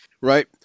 Right